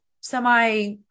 semi